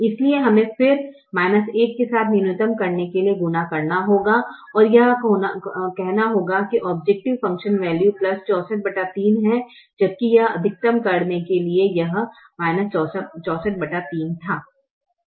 इसलिए हमें फिर 1 के साथ न्यूनतम करने के लिए गुणा करना होगा और यह कहना होगा कि औब्जैकटिव फ़ंक्शन वैल्यू 643 है जबकि यह अधिकतम करने के लिए यह 643 था